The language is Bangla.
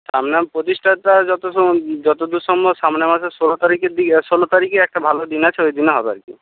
আপনার প্রতিষ্ঠাটা যতদূর যতদূর সম্ভব সামনের মাসের ষোলো তারিখের দিকে ষোলো তারিখে একটা ভালো দিন আছে ওই দিনে হবে আর কী